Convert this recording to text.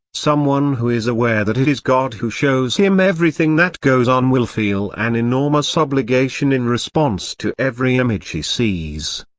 someone who is aware that it is god who shows him everything that goes on will feel an enormous obligation in response to every image he sees.